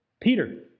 Peter